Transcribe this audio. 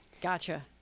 Gotcha